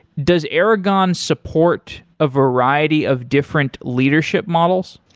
does aragon support a variety of different leadership models?